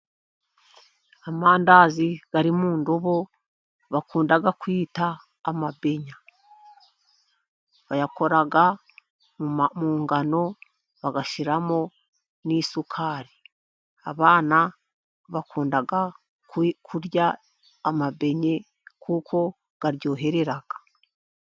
Amandazi ari mu ndobo bakunda kwita amabenya, bayakora mu ngano bashyiramo n'isukari, abana bakunda kurya amabenya kuko abaryoherera.